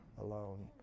alone